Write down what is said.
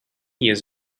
years